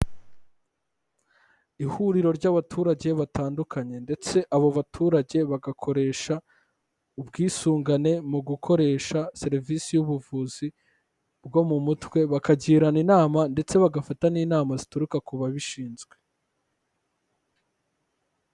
Ihuriro ry'abaturage batandukanye ndetse abo baturage bagakoresha ubwisungane mu gukoresha serivisi y'ubuvuzi bwo mu mutwe, bakagirana inama ndetse bagafata n'inama zituruka ku babishinzwe.